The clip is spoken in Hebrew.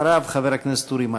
ואחריו, חבר הכנסת אורי מקלב.